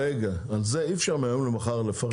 רגע, אז על זה אי אפשר מהיום למחר לפרק.